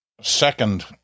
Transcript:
second